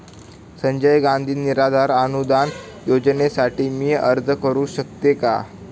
संजय गांधी निराधार अनुदान योजनेसाठी मी अर्ज करू शकते का?